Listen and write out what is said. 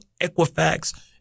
Equifax